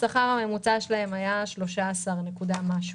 השכר הממוצע שלהם היה כ-13,000 ש"ח.